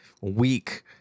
week